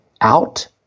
out